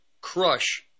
crush